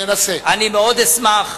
אני מאוד אשמח.